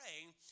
praying